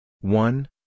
one